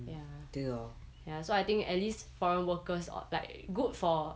ya ya so I think at least foreign workers or like good for